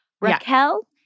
Raquel